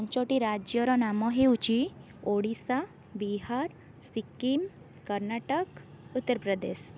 ପାଞ୍ଚଟି ରାଜ୍ୟର ନାମ ହେଉଛି ଓଡ଼ିଶା ବିହାର ସିକିମ କର୍ଣ୍ଣାଟକ ଉତ୍ତରପ୍ରଦେଶ